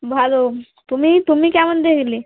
ভালো তুমি তুমি কেমন দেখলে